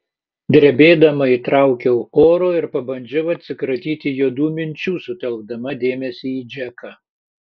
drebėdama įtraukiau oro ir pabandžiau atsikratyti juodų minčių sutelkdama dėmesį į džeką